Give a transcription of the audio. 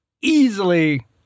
easily—